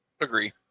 Agree